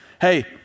hey